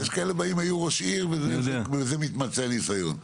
יש כאלה: היו ראש עיר וכו' ובזה מתמצה הניסיון.